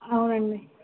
అవునండీ